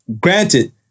granted